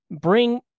bring